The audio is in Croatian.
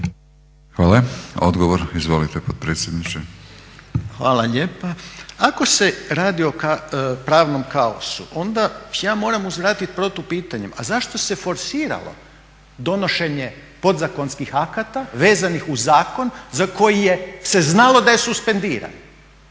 Hvala. Odgovor, izvolite potpredsjedniče. **Reiner, Željko (HDZ)** Hvala lijepa. Ako se radi o pravnom kaosu, onda ja moram uzvratiti protupitanjem, a zašto se forsiralo donošenje podzakonskih akata vezanih uz zakon za koji se znalo da je suspendiran.